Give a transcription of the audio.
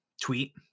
tweet